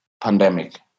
pandemic